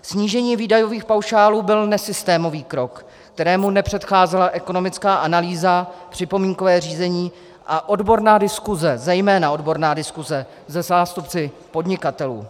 Snížení výdajových paušálů byl nesystémový krok, kterému nepředcházela ekonomická analýza, připomínkové řízení a odborná diskuse, zejména odborná diskuse se zástupci podnikatelů.